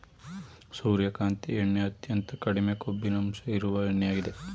ಸೂರ್ಯಕಾಂತಿ ಎಣ್ಣೆ ಅತ್ಯಂತ ಕಡಿಮೆ ಕೊಬ್ಬಿನಂಶ ಇರುವ ಎಣ್ಣೆಯಾಗಿದೆ